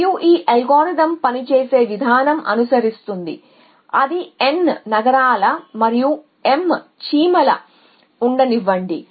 మరియు ఈ అల్గోరిథం పనిచేసే విధానం అనుసరిస్తుంది అది N నగరాలు మరియు M చీమలు ఉండనివ్వండి